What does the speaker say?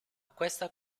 questa